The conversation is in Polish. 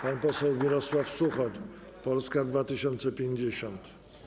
Pan poseł Mirosław Suchoń, Polska 2050.